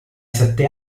sette